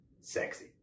sexy